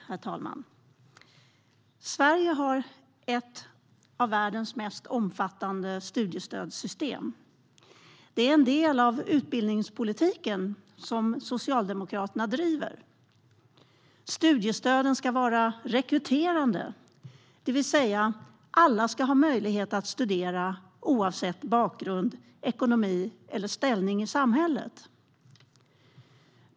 Herr talman! Sverige har ett av världens mest omfattande studiestödssystem. Det är en del av den utbildningspolitik som Socialdemokraterna driver. Studiestöden ska vara rekryterande, det vill säga alla ska ha möjlighet att studera oavsett bakgrund, ekonomi och ställning i samhället.